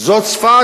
זו צפת,